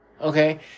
Okay